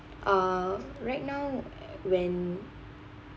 uh right now when